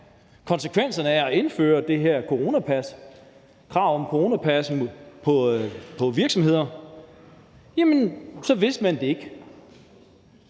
ville være af at indføre det her krav om coronapas på virksomheder, jamen så vidste man det ikke.